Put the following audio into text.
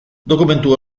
dokumentu